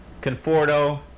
Conforto